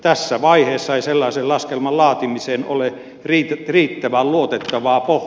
tässä vaiheessa ei sellaisen laskelman laatimiseen ole riittävän luotettavaa pohjaa